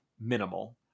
minimal